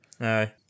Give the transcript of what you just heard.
Aye